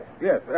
yes